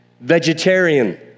Vegetarian